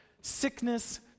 sickness